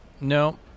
no